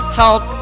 help